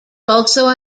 also